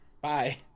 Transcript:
bye